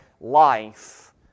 life